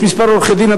יש כמה עורכי-דין,